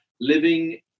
living